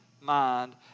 mind